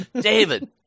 David